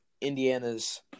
Indiana's